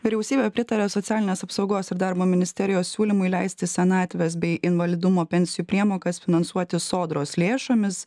vyriausybė pritarė socialinės apsaugos ir darbo ministerijos siūlymui leisti senatvės bei invalidumo pensijų priemokas finansuoti sodros lėšomis